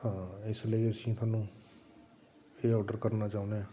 ਹਾਂ ਇਸ ਲਈ ਅਸੀਂ ਤੁਹਾਨੂੰ ਇਹ ਔਡਰ ਕਰਨਾ ਚਾਹੁੰਦੇ ਹਾਂ